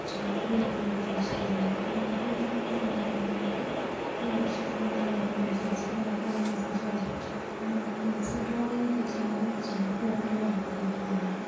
chart പേപ്പറാണ് choose ചെയ്യാറുള്ളത് അപ്പോൾ ചാർട്ട് പേപ്പറാകുമ്പോൾ നമുക്കെന്താണ് നമുക്ക് നമ്മുടെ ഇഷ്ടത്തിന് കളറിനനുസരിച്ചിട്ട് നമുക്ക് അതിനനുസരിച്ച് വരക്കാം അപ്പോൾ നമുക്ക് പെൻസിൽ ഡ്രോയിങ്ങൊക്കെ ചെയ്യുമ്പം ചാർട്ട് പേപ്പറില് വരക്കുന്നതായിരിക്കും നല്ലത്